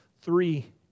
three